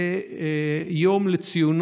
ליום ציון